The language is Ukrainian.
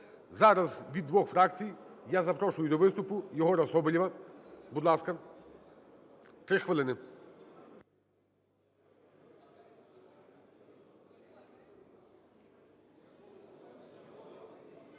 Зараз від двох фракцій я запрошую до виступу Єгора Соболєва. Будь ласка, 3 хвилини.